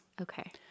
Okay